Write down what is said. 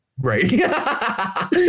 Right